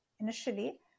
initially